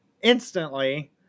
instantly